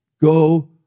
go